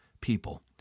people